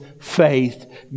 faith